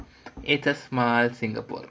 it's a small singapore